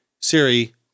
Siri